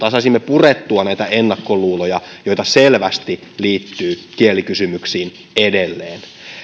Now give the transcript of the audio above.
saisimme purettua näitä ennakkoluuloja joita selvästi liittyy kielikysymyksiin edelleen